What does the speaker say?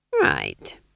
Right